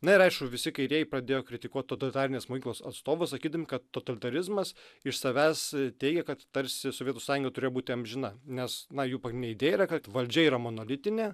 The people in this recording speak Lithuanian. na ir aišku visi kairieji pradėjo kritikuot totalitarinės mokyklos atstovus sakydami kad totalitarizmas iš savęs teigia kad tarsi sovietų sąjunga turėjo būti amžina nes na jų pagrindinė idėja kad valdžia yra monolitinė